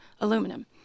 aluminum